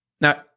Now